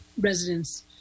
residents